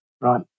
right